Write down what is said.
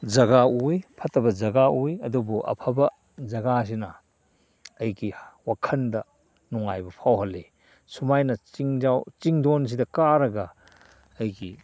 ꯖꯒꯥ ꯎꯏ ꯐꯠꯇꯕ ꯖꯒꯥ ꯎꯏ ꯑꯗꯨꯕꯨ ꯑꯐꯕ ꯖꯒꯥꯁꯤꯅ ꯑꯩꯒꯤ ꯋꯥꯈꯜꯗ ꯅꯨꯡꯉꯥꯏꯕ ꯐꯥꯎꯍꯜꯂꯤ ꯁꯨꯃꯥꯏꯅ ꯆꯤꯡꯖꯥꯎ ꯆꯤꯟꯗꯣꯟꯁꯤꯗ ꯀꯥꯔꯒ ꯑꯩꯒꯤ